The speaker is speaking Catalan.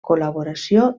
col·laboració